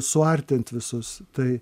suartint visus tai